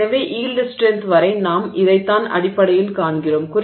எனவே yield strength வரை நாம் இதைத்தான் அடிப்படையில் காண்கிறோம்